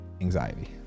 anxiety